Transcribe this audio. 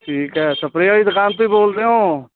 ਠੀਕ ਹੈ ਸਪਰੇ ਵਾਲੀ ਦੁਕਾਨ ਤੋਂ ਹੀ ਬੋਲ ਰਹੇ ਹੋ